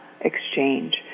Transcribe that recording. exchange